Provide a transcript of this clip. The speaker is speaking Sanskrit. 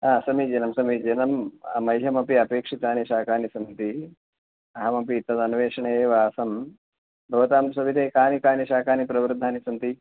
हा समीचिनं समीचिनं मह्यमपि अपेक्षितानि शाकानि सन्ति अहमपि तदन्वेषणे एव आसं भवतां सविधे कानि कानि शाकानि प्रवृद्धानि सन्ति